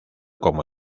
como